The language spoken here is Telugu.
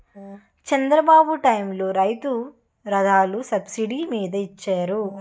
చంద్రబాబు టైములో రైతు రథాలు సబ్సిడీ మీద ఇచ్చారు